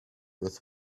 with